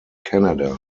canada